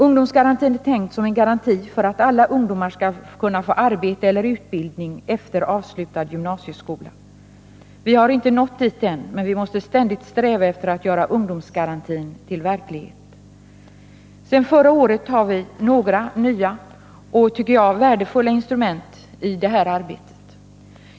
Ungdomsgarantin är tänkt som en garanti för att alla ungdomar skall kunna få arbete eller utbildning efter avslutad gymnasieskola. Vi har inte nått dit än, men vi måste ständigt sträva efter att göra ungdomsgarantin till verklighet. Sedan förra året har vi några nya och, tycker jag, värdefulla instrument i det här arbetet.